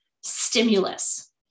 stimulus